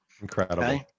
incredible